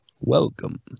welcome